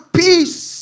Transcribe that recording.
peace